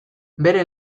bere